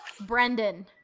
Brendan